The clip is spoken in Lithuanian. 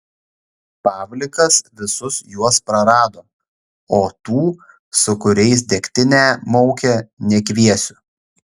pavlikas visus juos prarado o tų su kuriais degtinę maukė nekviesiu